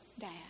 dad